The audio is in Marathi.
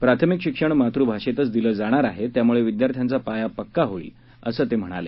प्राथमिक शिक्षण मातृभाषेतच दिलं जाणार आहे त्यामुळे विद्यार्थ्यांचा पाया पक्का होईल असं ते म्हणाले